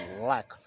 lack